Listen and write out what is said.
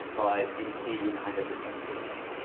but in c you kind of just don't deal with that.